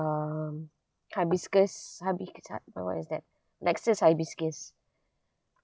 um hibiscus hibi~ hi~ wha~ what is that lexis hibiscus